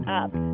up